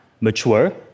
mature